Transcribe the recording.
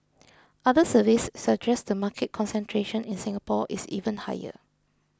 other surveys suggest the market concentration in Singapore is even higher